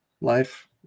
Life